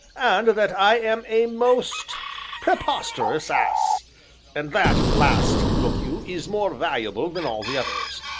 and that i am a most preposterous ass and that last, look you, is more valuable than all the others.